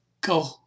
go